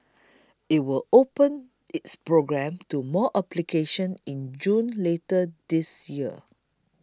it will open its program to more applications in June later this year